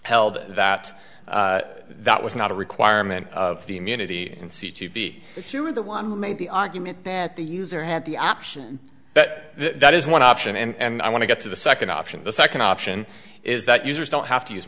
held that that was not a requirement of the immunity in c to b if you were the one who made the argument that the user had the option that that is one option and i want to get to the second option the second option is that users don't have to use